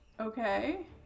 Okay